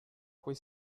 quei